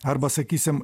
arba sakysim